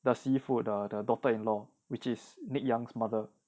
the 媳妇 the daughter in law which is nick young's mother